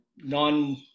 non